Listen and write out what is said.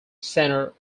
center